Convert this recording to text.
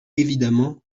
évidemment